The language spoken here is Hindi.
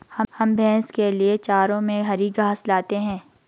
हम भैंस के लिए चारे में हरी घास लाते हैं